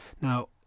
now